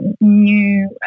new